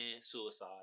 suicide